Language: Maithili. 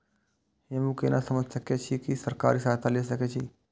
हमू केना समझ सके छी की सरकारी सहायता ले सके छी?